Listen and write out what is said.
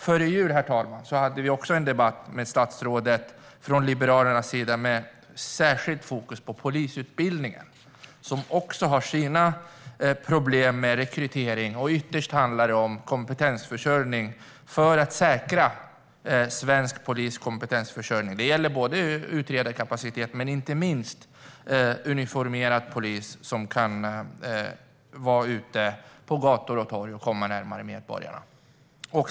Före jul hade vi från Liberalerna också en debatt med statsrådet med särskilt fokus på polisutbildningen, som också har sina problem med rekrytering. Ytterst handlar det om att säkra kompetensförsörjningen inom svensk polis. Det gäller både utredarkapaciteten och uniformerad polis som kan vara ute på gator och torg och komma närmare medborgarna.